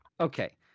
Okay